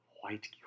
white